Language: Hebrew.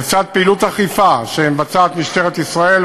לצד פעילות אכיפה שמבצעת משטרת ישראל,